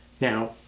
Now